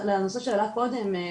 לנושא שהועלה קודם.